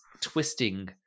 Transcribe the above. twisting